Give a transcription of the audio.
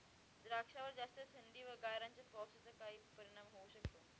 द्राक्षावर जास्त थंडी व गारांच्या पावसाचा काय परिणाम होऊ शकतो?